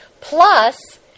Plus